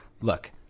Look